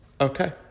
okay